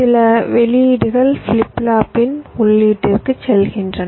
சில வெளியீடுகள் ஃபிளிப் ஃப்ளாப்பின் உள்ளீட்டிற்குச் செல்கின்றன